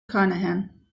carnahan